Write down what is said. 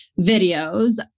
videos